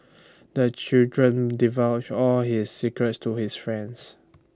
the children divulge all his secrets to his friends